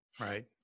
Right